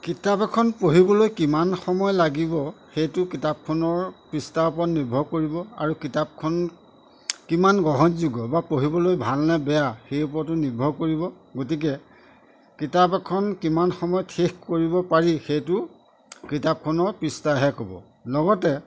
কিতাপ এখন পঢ়িবলৈ কিমান সময় লাগিব সেইটো কিতাপখনৰ পৃষ্ঠাৰ ওপৰত নিৰ্ভৰ কৰিব আৰু কিতাপখন কিমান গ্ৰহণযোগ্য বা পঢ়িবলৈ ভালনে বেয়া সেই ওপৰতো নিৰ্ভৰ কৰিব গতিকে কিতাপ এখন কিমান সময়ত শেষ কৰিব পাৰি সেইটো কিতাপখনৰ পৃষ্ঠাইহে ক'ব লগতে